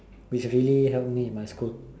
which really help me with my school